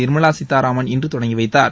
நிர்மலா சீதாராமன் இன்று தொடங்கி வைத்தார்